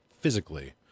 physically